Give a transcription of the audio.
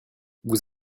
vous